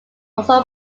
also